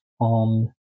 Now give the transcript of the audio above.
on